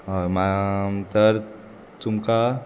हय तर तुमकां